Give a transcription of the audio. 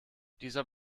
dieser